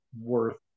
worth